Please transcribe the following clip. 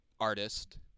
artist